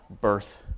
birth